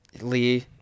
Lee